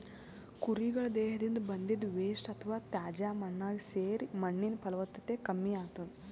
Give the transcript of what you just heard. ಕುರಿಗಳ್ ದೇಹದಿಂದ್ ಬಂದಿದ್ದ್ ವೇಸ್ಟ್ ಅಥವಾ ತ್ಯಾಜ್ಯ ಮಣ್ಣಾಗ್ ಸೇರಿ ಮಣ್ಣಿನ್ ಫಲವತ್ತತೆ ಕಮ್ಮಿ ಆತದ್